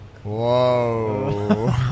whoa